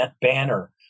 banner